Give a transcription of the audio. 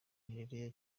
nigeria